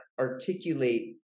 articulate